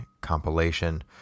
compilation